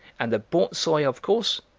and the borzoi, of course,